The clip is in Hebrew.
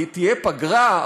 תהיה פגרה,